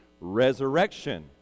resurrection